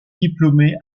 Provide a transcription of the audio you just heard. diplômé